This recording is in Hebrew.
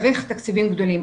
צריך תקציבים גדולים.